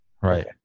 Right